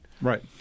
Right